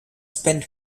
spent